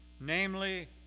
namely